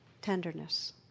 tenderness